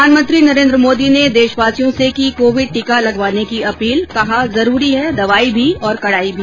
प्रधानमंत्री नरेन्द्र मोदी ने देशवासियों से की कोविड टीका लगवाने की अपील कहा जरूरी है दवाई भी और कड़ाई भी